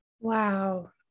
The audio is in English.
Wow